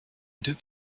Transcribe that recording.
deux